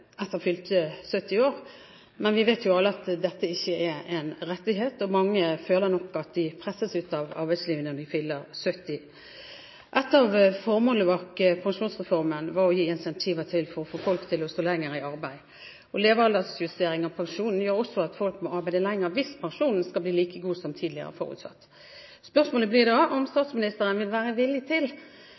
70 år. Men vi vet alle at dette ikke er en rettighet, og mange føler nok at de presses ut av arbeidslivet når de fyller 70. Et av formålene med pensjonsreformen var å gi incentiver for å få folk til å stå lenger i arbeid. Levealdersjustering av pensjonen gjør også at folk må arbeide lenger hvis pensjonen skal bli like god som tidligere forutsatt. Spørsmålet blir da om statsministeren vil være villig til